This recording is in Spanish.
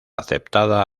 aceptada